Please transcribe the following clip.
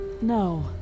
No